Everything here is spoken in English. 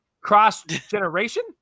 Cross-generation